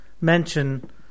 mention